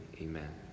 amen